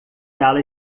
ela